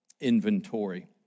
inventory